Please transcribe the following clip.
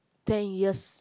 ten years